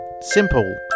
Simple